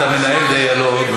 אתה מנהל דיאלוג,